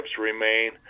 remain